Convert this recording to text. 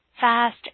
fast